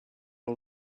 all